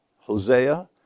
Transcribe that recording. Hosea